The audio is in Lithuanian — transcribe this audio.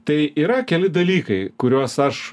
tai yra keli dalykai kuriuos aš